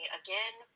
again